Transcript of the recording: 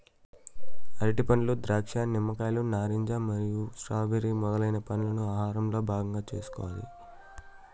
అరటిపండ్లు, ద్రాక్ష, నిమ్మకాయలు, నారింజ మరియు స్ట్రాబెర్రీ మొదలైన పండ్లను ఆహారంలో భాగం చేసుకోవాలి